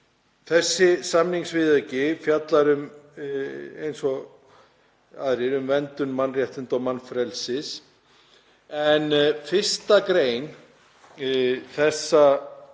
Þessi samningsviðauki fjallar eins og aðrir um verndun mannréttinda og mannfrelsis, en 1. gr. þessa